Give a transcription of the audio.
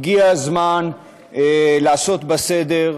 הגיע הזמן לעשות בה סדר.